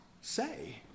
say